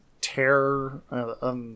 terror